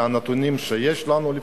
לפי הנתונים שיש לנו,